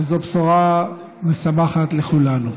וזו בשורה משמחת לכולנו,